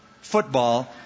football